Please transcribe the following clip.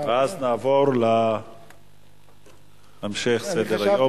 ואז נעבור להמשך סדר-היום.